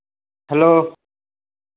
hello